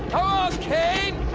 kane.